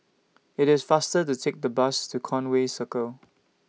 IT IS faster to Take The Bus to Conway Circle